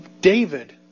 David